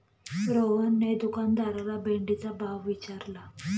रोहनने दुकानदाराला भेंडीचा भाव विचारला